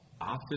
Office